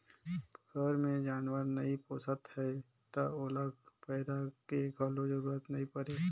घर मे जानवर नइ पोसत हैं त ओला पैरा के घलो जरूरत नइ परे